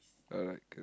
alright cool